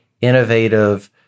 innovative